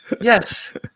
Yes